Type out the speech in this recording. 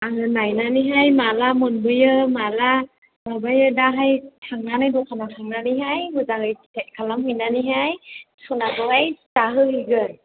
आङो नायनानैहाय माला मोनबोयो माला माबायो दाहाय थांनानै द'खानाव थांनानैहाय मोजाङै फिथाइ खालाम हैनानैहाय सनाखौहाय दाहो हैगोन